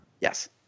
Yes